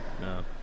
No